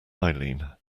eileen